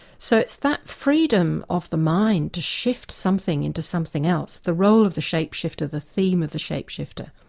so it's that freedom of the mind to shift something into something else. the role of the shape-shifter, the theme of the shape-shifter,